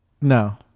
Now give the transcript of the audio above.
no